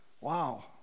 Wow